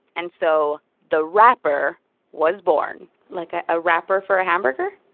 and so the wrapper was born like, a ah wrapper for a hamburger?